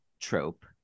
trope